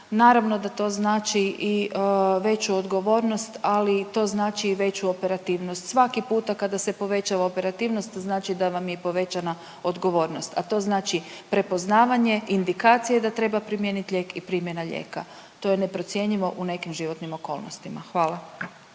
Naravno da to znači i veću odgovornost, ali i to znači i veću operativnost. Svaki puta kada se povećava operativnost znači da vam je i povećana odgovornost, a to znači prepoznavanje, indikacije da treba primijenit lijek i primjena lijeka. To je neprocjenjivo u nekim životnim okolnostima. Hvala.